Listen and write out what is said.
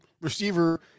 receiver